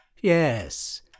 Yes